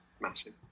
massive